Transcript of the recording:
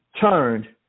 turned